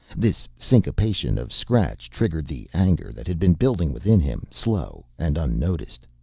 this syncopation of scratch triggered the anger that had been building within him, slow and unnoticed.